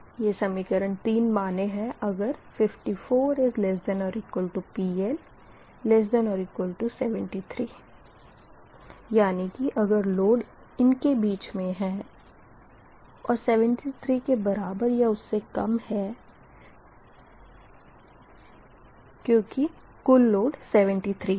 यह समीकरण 3 मान्य है अगर 54≤PL≤73 है यानी कि अगर लोड इनके बीच मे है और 73 के बराबर या उससे कम है क्यूँकि कुल लोड 73 है